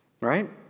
right